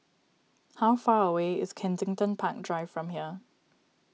how far away is Kensington Park Drive from here